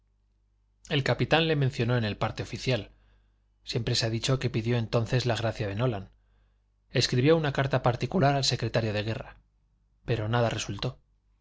el capitán le mencionó en el parte oficial siempre se ha dicho que pidió entonces la gracia de nolan escribió una carta particular al secretario de guerra pero nada resultó